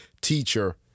teacher